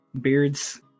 Beards